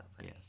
Yes